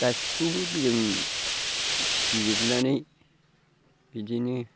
गासिखौबो जों फिजोबनानै बिदिनो